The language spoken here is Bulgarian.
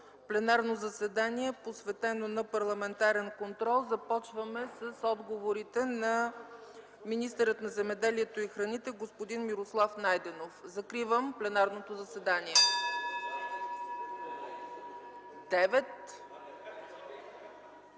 пленарно заседание, посветено на парламентарен контрол. Започваме с отговорите на министъра на земеделието и храните господин Мирослав Найденов. Закривам пленарното заседание. (Звъни.)